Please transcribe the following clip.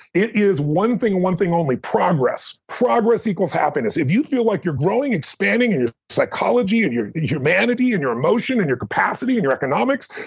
it is one thing and one thing only. progress. progress equals happiness. if you feel like you're growing, expanding in your psychology and your humanity and your emotion and your capacity and your economics,